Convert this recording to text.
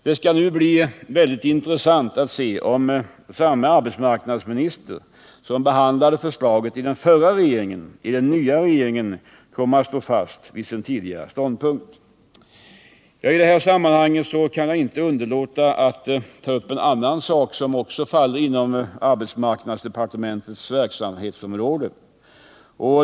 Det skall nu bli mycket intressant att se om den arbetsmarknadsminister, som i den förra regeringen behandlade förslaget, i den nya regeringen kommer att stå fast vid sin tidigare ståndpunkt. I det här sammanhanget kan jag inte underlåta att ta upp en annan sak, som också faller inom arbetsmarknadsdepartementets verksamhetsområde.